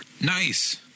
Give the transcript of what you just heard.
Nice